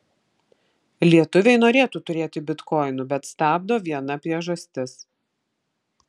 lietuviai norėtų turėti bitkoinų bet stabdo viena priežastis